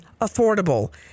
affordable